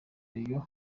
radio